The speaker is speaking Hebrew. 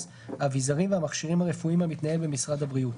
האביזרים והמכשירים הרפואיים המתנהל במשרד הבריאות,